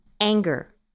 anger